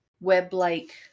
web-like